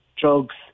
drugs